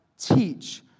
teach